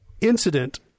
incident